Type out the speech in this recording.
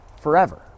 forever